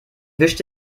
wischt